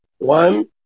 One